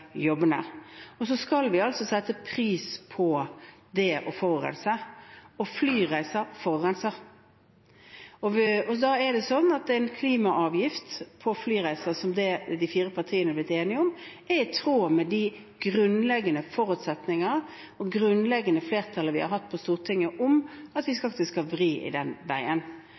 Så skal vi altså sette en pris på det å forurense. Flyreiser forurenser. Da er en klimaavgift på flyreiser, som de fire partiene har blitt enige om, i tråd med de grunnleggende forutsetninger – og det grunnleggende flertallet vi har hatt på Stortinget – om at vi